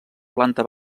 planta